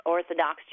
Orthodox